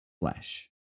flesh